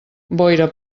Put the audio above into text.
boira